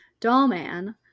Dollman